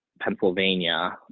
Pennsylvania